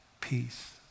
Peace